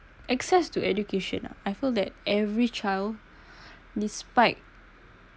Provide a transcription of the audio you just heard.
access to education ah I feel that every child despite